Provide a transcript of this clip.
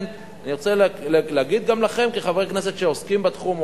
אני רוצה לומר גם לכם כחברי כנסת שעוסקים בתחום,